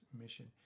mission